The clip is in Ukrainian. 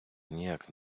ніяк